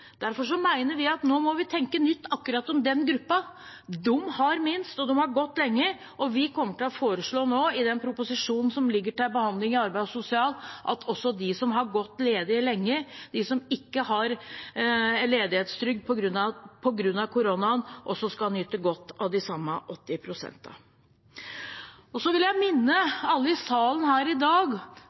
vi at vi nå må tenke nytt om akkurat den gruppen. De har minst, og de har gått lenge. I den proposisjonen som nå ligger til behandling i arbeids- og sosialkomiteen, kommer vi til å foreslå at også de som har gått ledig lenge, de som ikke har ledighetstrygd på grunn av koronaen, skal nyte godt av de samme 80 pst. Jeg vil minne alle i salen i dag